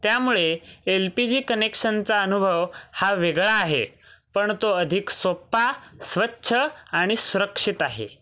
त्यामुळे L P G कनेक्शनचा अनुभव हा वेगळा आहे पण तो अधिक सोपा स्वच्छ आणि सुरक्षित आहे